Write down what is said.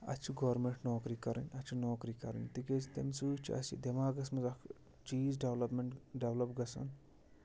اَسہِ چھُ گورمٮ۪نٛٹ نوکری کَرٕنۍ اَسہِ چھِ نوکری کَرٕنۍ تِکیٛازِ تَمہِ سۭتۍ چھُ اَسہِ یہِ دٮ۪ماغَس منٛز اَکھ چیٖز ڈٮ۪ولَپمٮ۪نٛٹ ڈٮ۪ولَپ گَژھان